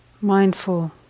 mindful